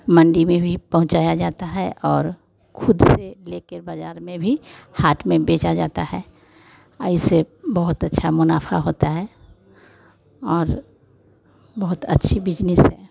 मंडी में भी पहुँचाया जाता है और ख़ुद से लेकर बाज़ार में भी हाट में बेचा जाता है ऐसे बहुत अच्छा मुनाफा होता है और बहुत अच्छी बिजनेस है